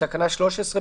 בתקנה 13,